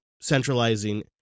centralizing